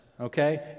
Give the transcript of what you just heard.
Okay